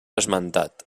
esmentat